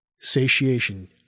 Satiation